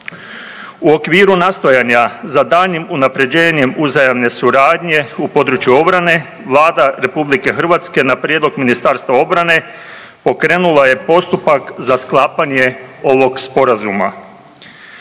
U okviru nastojanja za daljnjim unaprjeđenjem uzajamne suradnje u području obrane, Vlada RH na prijedlog Ministarstva obrane pokrenula je postupak za sklapanje ovog Sporazuma.